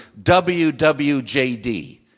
WWJD